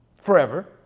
Forever